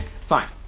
Fine